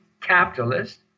capitalist